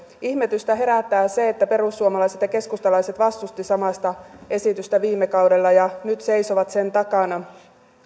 ihmetystä herättää se että perussuomalaiset ja keskustalaiset vastustivat samaista esitystä viime kaudella ja nyt seisovat sen takana